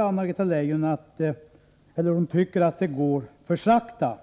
Anna-Greta Leijon tycker att det går för sakta.